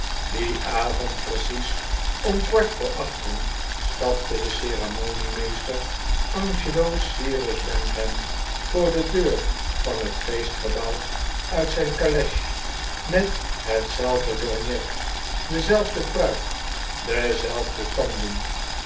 dien avond precies om kwart voor achten stapte de ceremonieme ester angelo cyrus bantam voor de deur van het feestgebouw uit zijn caleche met hetzelfde lorgnet dezelfde pruik dezelfde tanden